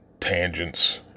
tangents